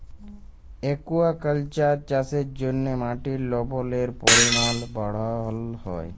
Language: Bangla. একুয়াকাল্চার চাষের জ্যনহে মাটির লবলের পরিমাল বাড়হাল হ্যয়